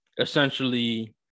essentially